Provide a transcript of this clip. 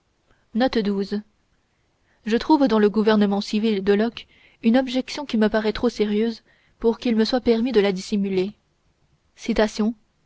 note je trouve dans le gouvernement civil de locke une objection qui me paraît trop spécieuse pour qu'il me soit permis de la dissimuler